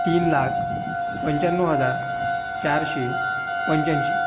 तीन लाख पंच्याण्णव हजार चारशे पंच्याऐंशी